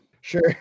Sure